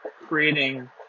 creating